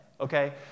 Okay